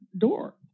door